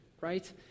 right